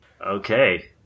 Okay